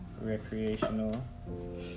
Recreational